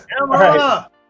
Emma